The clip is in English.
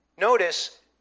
notice